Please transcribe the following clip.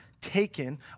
taken